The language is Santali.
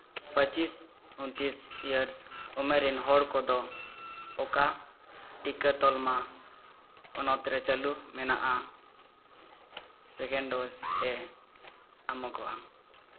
ᱯᱚᱸᱪᱤᱥ ᱩᱱᱛᱤᱥ ᱮᱭᱟᱨᱥ ᱩᱢᱮᱨ ᱨᱮᱱ ᱦᱚᱲ ᱠᱚᱫᱚ ᱚᱠᱟ ᱴᱤᱠᱟᱹ ᱛᱟᱞᱢᱟ ᱯᱚᱱᱚᱛ ᱨᱮ ᱪᱟᱹᱞᱩ ᱢᱮᱱᱟᱜᱼᱟ ᱥᱮᱠᱮᱱᱰ ᱰᱳᱡᱽᱼᱮ ᱮᱢᱟᱠᱚᱣᱟ